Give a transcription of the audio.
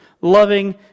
loving